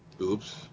Oops